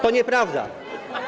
To nieprawda.